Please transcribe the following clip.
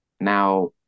now